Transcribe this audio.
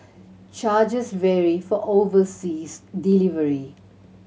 charges vary for overseas delivery